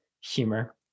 humor